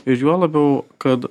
ir juo labiau kad